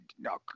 no